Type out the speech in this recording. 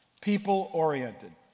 People-oriented